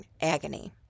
agony